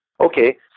Okay